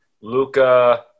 Luca